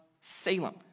Salem